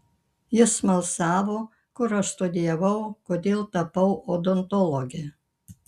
jis smalsavo kur aš studijavau kodėl tapau odontologe